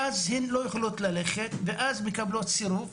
ואז הן לא יכולות ללכת ומקבלות סירוב.